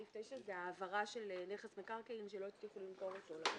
סעיף 9 זה העברה של נכס מקרקעין שלא הצליחו למכור אותו.